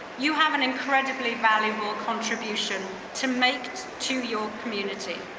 you have an incredibly valuable contribution to make to your community.